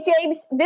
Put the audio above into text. James